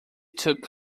took